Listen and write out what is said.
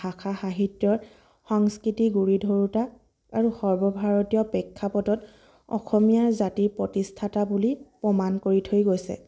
ভাষা সাহিত্যৰ সংস্কৃতি গুৰিধৰোঁতা আৰু সৰ্বভাৰতীয় প্ৰেক্ষাপটত অসমীয়া জাতিৰ প্ৰতিষ্ঠাতা বুলি প্ৰমাণ কৰি থৈ গৈছে